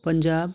Punjab